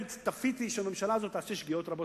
אני ציפיתי שהממשלה הזאת תעשה שגיאות רבות,